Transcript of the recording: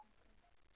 כן.